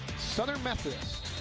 southern methodist,